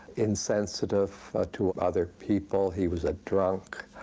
insensitive to other people. he was a drunk.